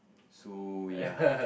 so ya